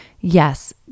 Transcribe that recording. yes